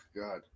God